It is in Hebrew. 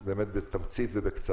תאמר באמת בתמצית ובקצרה.